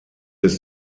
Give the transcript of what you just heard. ist